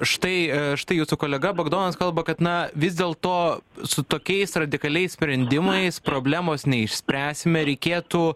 štai štai jūsų kolega bagdonas kalba kad na vis dėl to su tokiais radikaliais sprendimais problemos neišspręsime reikėtų